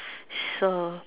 so